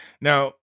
Now